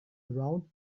around